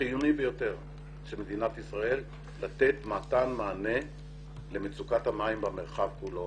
חיוני ביותר של מדינת ישראל לתת מענה למצוקת המים במרחב כולו.